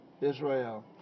Israel